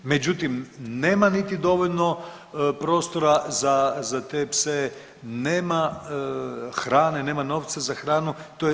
Međutim, nema niti dovoljno prostora za te pse, nema hrane, nema novca za hranu.